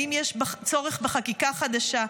האם יש צורך בחקיקה חדשה?